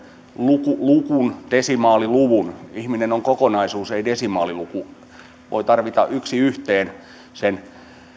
luku desimaaliluku ihminen on kokonaisuus ei desimaaliluku voidaan tarvita yksi yhteen se